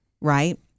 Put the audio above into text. right